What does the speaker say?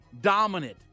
dominant